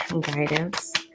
guidance